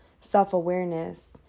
self-awareness